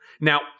Now